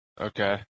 Okay